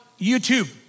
YouTube